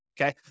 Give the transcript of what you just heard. okay